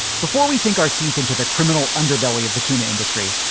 before we think our teeth into the criminal underbelly of the tuna industry,